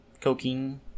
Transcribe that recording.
cocaine